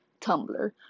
Tumblr